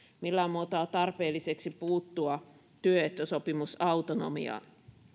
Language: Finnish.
millään muotoa tarpeelliseksi puuttua työehtosopimusautonomiaan